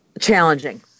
challenging